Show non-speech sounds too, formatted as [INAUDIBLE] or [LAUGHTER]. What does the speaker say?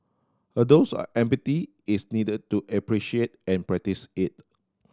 a dose [UNINTELLIGIBLE] empathy is needed to appreciate and practise it